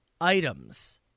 items